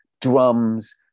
drums